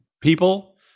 people